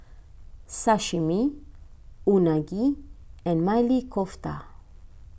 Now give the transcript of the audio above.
Sashimi Unagi and Maili Kofta